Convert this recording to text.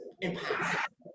Impossible